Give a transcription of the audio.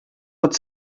but